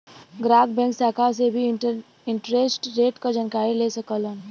ग्राहक बैंक शाखा से भी इंटरेस्ट रेट क जानकारी ले सकलन